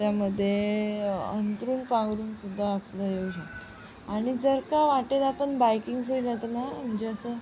त्यामध्ये अंथरूण पांघरूण सुद्धा आपलं येऊ शकतं आणि जर का वाटेत आपण बायकिंगसाठी जाताना म्हणजे असं